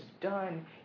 done